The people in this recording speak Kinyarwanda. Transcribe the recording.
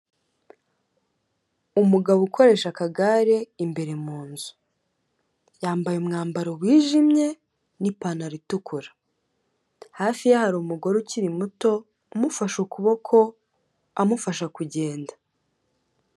Umugabo ukoresha akagare, imbere mu nzu. Yambaye umwambaro wijimye n'ipantaro itukura. Hafi ye umugore ukiri muto umufashe ukuboko, amufasha kugenda.